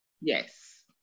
Yes